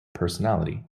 personality